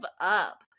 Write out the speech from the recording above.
up